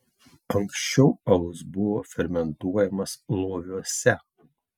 anksčiau alus buvo fermentuojamas loviuose